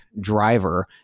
driver